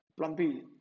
plumpy